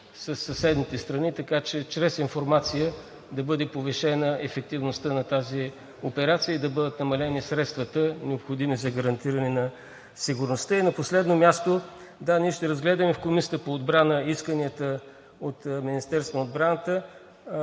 със съседните страни, така че чрез информация да бъде повишена ефективността на тази операция и да бъдат намалени средствата, необходими за гарантиране на сигурността? И на последно място – да, ние ще разгледаме в Комисията по отбрана исканията от Министерството на отбраната.